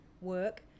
work